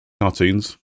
cartoons